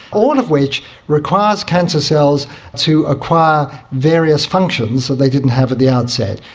all of which requires cancer cells to acquire various functions that they didn't have at the outset.